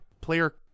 player